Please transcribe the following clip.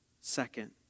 Second